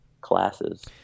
classes